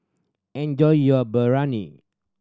enjoy your Biryani